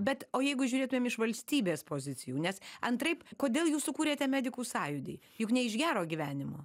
bet o jeigu žiūrėtumėm iš valstybės pozicijų nes antraip kodėl jūs sukūrėte medikų sąjūdį juk ne iš gero gyvenimo